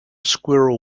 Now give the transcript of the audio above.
squirrel